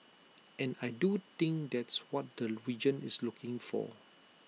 and I do think that's what the region is looking for